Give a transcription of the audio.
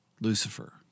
Lucifer